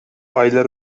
aylar